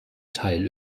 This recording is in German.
teil